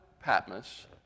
Patmos